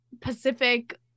Pacific